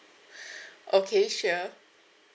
okay sure